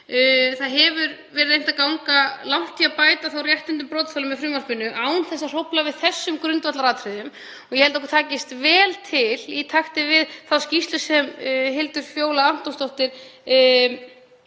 Það hefur verið reynt að ganga langt í að bæta réttindi brotaþola með frumvarpinu án þess að hrófla við þessum grundvallaratriðum. Ég held að okkur takist vel til í takti við umsögn Hildar Fjólu Antonsdóttur þar